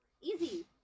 Easy